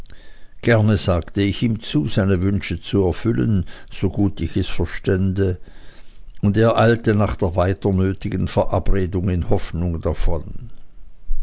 gern sagte ich ihm zu seine wünsche zu erfüllen so gut ich es verstände und er eilte nach der weiter nötigen verabredung in hoffnung davon